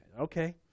Okay